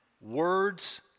words